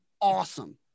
awesome